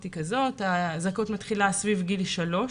היא כזו: הזכאות מתחילה סביב גיל שלוש,